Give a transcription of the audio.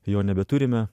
jau nebeturime